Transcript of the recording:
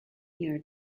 near